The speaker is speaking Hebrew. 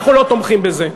אנחנו לא תומכים בזה.